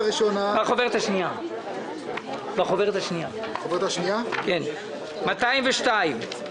בחוברת השנייה דיברה איתי